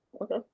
Okay